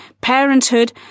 parenthood